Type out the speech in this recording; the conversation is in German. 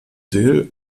dill